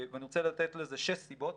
אני רוצה לתת לזה שש סיבות.